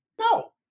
no